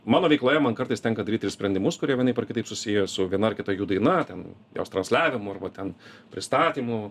mano veikloje man kartais tenka daryti ir sprendimus kurie vienaip ar kitaip susiję su viena ar kita jų daina ten jos transliavimu arba ten pristatymu